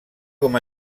com